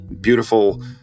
beautiful